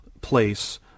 place